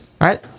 right